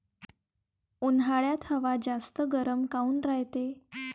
उन्हाळ्यात हवा जास्त गरम काऊन रायते?